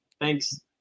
thanks